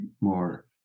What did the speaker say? more